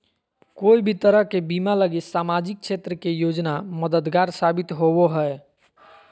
कोय भी तरह के बीमा लगी सामाजिक क्षेत्र के योजना मददगार साबित होवो हय